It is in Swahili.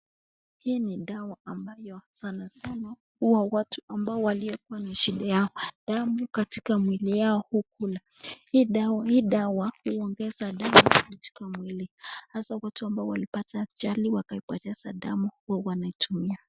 Hii ni dawa ambayo sana sana huwa watu ambao waliokuwa na shida ya damu katika mwili yao hukula hii dawa huongeza damu katika mwili hasa watu waliopata ajali na kupotesa damu wanaitumia.